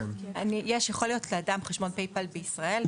יכול להיות לאדם חשבון PayPal בישראל,